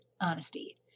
honesty